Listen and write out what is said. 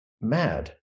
mad